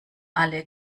alle